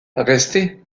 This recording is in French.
restez